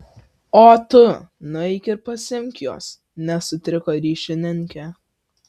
o tu nueik ir pasiimk juos nesutriko ryšininkė